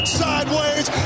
sideways